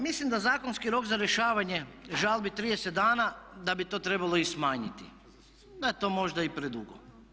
Mislim da zakonski rok za rješavanje žalbi 30 dana da bi to trebalo i smanjiti, da je to možda i predugo.